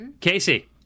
Casey